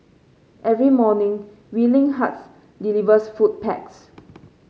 every morning Willing Hearts delivers food packs